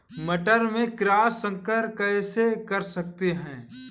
मटर में क्रॉस संकर कैसे कर सकते हैं?